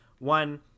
One